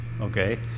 okay